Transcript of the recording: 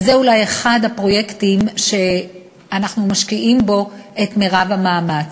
וזה אחד הפרויקטים שאנחנו משקיעים בהם את מרב המאמץ.